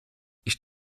ich